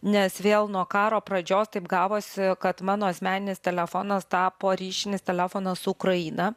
nes vėl nuo karo pradžios taip gavosi kad mano asmeninis telefonas tapo ryšinis telefonas su ukraina